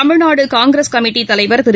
தமிழ்நாடு காஙகிரஸ் கமிட்டித் தலைவர் திரு